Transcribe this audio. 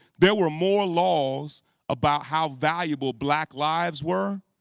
there were more laws about how valuable black lives were